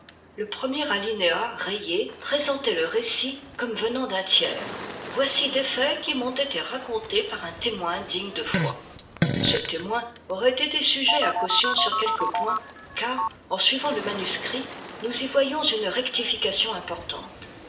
le premier alinéa rayé présentait le récit comme venant d'un tiers voici des faits qui m'ont été racontés par un témoin digne de foi ce témoin aurait été sujet à caution sur quelques points car en suivant le manuscrit nous y voyons une rectification importante